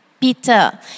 Peter